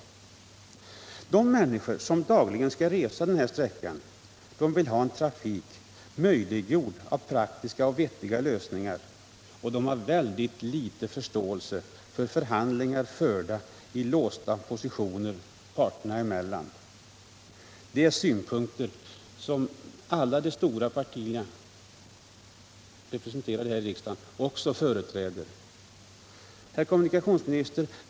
De människor som dagligen skall resa denna sträcka vill ha en trafik möjliggjord av praktiska och vettiga lösningar. De har liten förståelse för förhandlingar i låsta positioner parterna emellan. Detta är synpunkter som alla de stora partierna här i riksdagen också företräder. Herr kommunikationsminister!